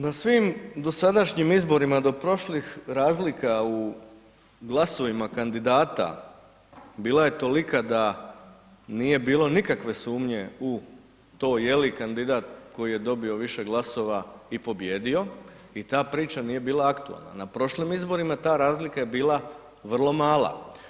Na svim dosadašnjim izborima do prošlih razlika u glasovima kandidata bila je tolika da nije bilo nikakve sumnje u to je li kandidat koji je dobio više glasova i pobijedio i ta priča nije bila aktualna, na prošlim izborima ta razlika je bila vrlo mala.